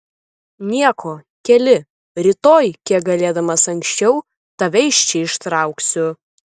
nieko keli rytoj kiek galėdamas anksčiau tave iš čia ištrauksiu